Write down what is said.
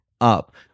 up